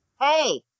hey